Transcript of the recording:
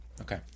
Okay